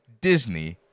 Disney+